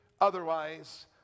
otherwise